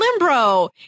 Limbro